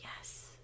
Yes